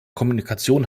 kommunikation